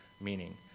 meaning